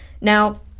now